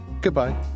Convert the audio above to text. Goodbye